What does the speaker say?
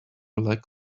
lack